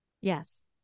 Yes